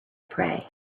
pray